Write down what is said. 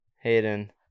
Hayden